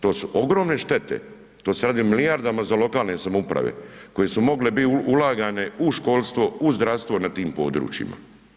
To su ogromne štete, to se radi o milijardama za lokalne samouprave koje su mogle biti ulagane u školstvo, u zdravstvo na tim područjima.